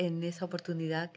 in this opportunity that